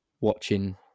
watching